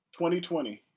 2020